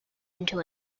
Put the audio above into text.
into